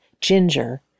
Ginger